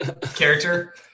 character